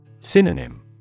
Synonym